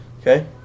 Okay